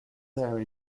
there